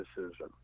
decision